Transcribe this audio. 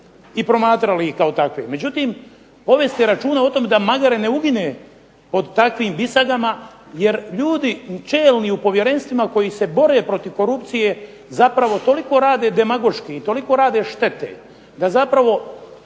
i promatrali ih kao takve. Međutim, povesti računa o tome da magare ne ugine pod takvim bisagama jer ljudi čelni u povjerenstvima koji se bore protiv korupcije zapravo toliko rade demagoški i toliko rade štete da zapravo